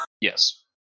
Yes